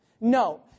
No